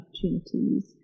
opportunities